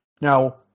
Now